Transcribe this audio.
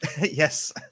Yes